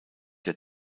der